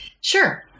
Sure